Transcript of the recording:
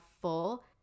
full